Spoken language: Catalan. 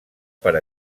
per